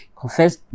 confess